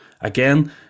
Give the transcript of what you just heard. again